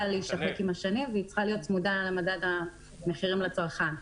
להישחק עם השנים והיא צריכה להיות צמודה למדד המחירים לצרכן.